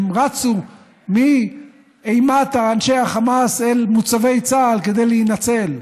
הם רצו מאימת אנשי החמאס אל מוצבי צה"ל כדי להינצל.